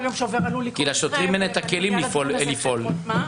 כל יום שעובר עלול לקרות מקרה.